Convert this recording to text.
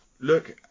look